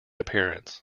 appearance